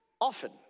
often